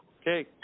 Okay